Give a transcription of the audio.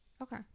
Okay